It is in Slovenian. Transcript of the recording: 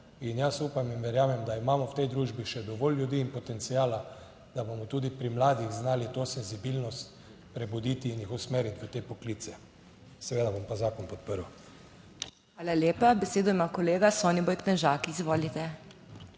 in jaz upam in verjamem, da imamo v tej družbi še dovolj ljudi in potenciala, da bomo tudi pri mladih znali to senzibilnost prebuditi in jih usmeriti v te poklice, seveda bom pa zakon podprl. **PODPREDSEDNICA MAG. MEIRA HOT:** Hvala lepa. Besedo ima kolega Soniboj Knežak, izvolite.